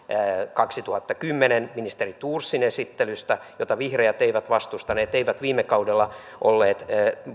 kaksituhattakymmenen ministeri thorsin esittelystä jota vihreät eivät vastustaneet eivätkä viime kaudella